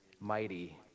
mighty